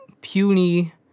puny